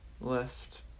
left